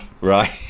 right